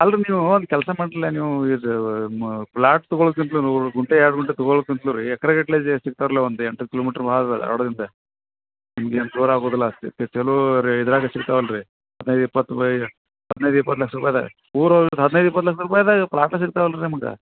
ಅಲ್ಲ ರೀ ನೀವೂ ಒಂದು ಕೆಲಸ ಮಾಡ್ಲೆ ನೀವು ಇದು ಮೊ ಫ್ಲಾಟ್ ತಗೋಳುಕಿಂತ್ಲೂ ಗುಂಟೆ ಎರಡು ಗುಂಟೆ ತಗೊಳುಕ್ಕಿಂತಲೂ ರೀ ಎಕ್ರೆ ಗಟ್ಟಲೆ ಜ ಸಿಗ್ತಾವಲ್ಲ ಒಂದು ಎಂಟು ಹತ್ತು ಕಿಲೋಮೀಟ್ರ್ ಧಾರ್ವಾಡ್ದಿಂದ ನಿಮ್ಗೆ ಏನು ದೂರ ಆಗೋದಿಲ್ಲ ಅಷ್ಟು ಚಲೋ ರೇ ಇದರಾಗೆ ಸಿಕ್ತವಲ್ಲ ರೀ ಹದಿನೈದು ಇಪ್ಪತ್ತು ರುಪಾಯ್ ಹದಿನೈದು ಇಪ್ಪತ್ತು ಲಕ್ಷ ರುಪಾಯ್ದಾಗ ಊರೊಳ್ಗೆ ಹದಿನೈದು ಇಪ್ಪತ್ತು ಲಕ್ಷ ರುಪಾಯ್ದಾಗ ಫ್ಲ್ಯಾಟ ಸಿಕ್ತವಲ್ಲ ರೀ ನಿಮ್ಗೆ